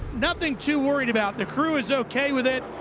nothing too worriid about. the crew is okay with it.